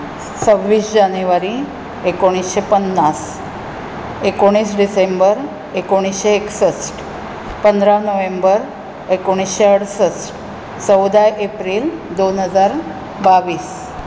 सव्वीस जानेवारी एकुणीशें पन्नास एकुणीस डिसेंबर एकुणीशें एकसश्ट पंदरा नोव्हेंबर एकुणीशें अडसश्ट चवदा एप्रील दोन हजार बावीस